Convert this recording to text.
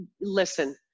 Listen